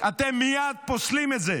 אתם מייד פוסלים את זה,